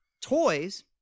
toys